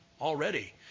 already